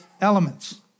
elements